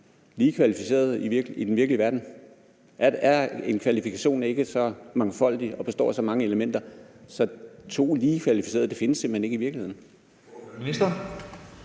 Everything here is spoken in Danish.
lige kvalificerede i den virkelige verden? Er en kvalifikation ikke så mangfoldig og består af så mange elementer, at to lige kvalificerede simpelt hen ikke findes i virkeligheden?